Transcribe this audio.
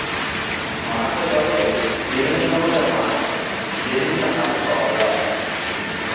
মাছের বাজারে বিভিন্ন রকমের মাছ বিভিন্ন হারে পাওয়া যায়